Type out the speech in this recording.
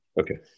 Okay